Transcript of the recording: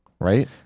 right